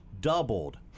doubled